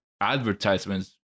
advertisements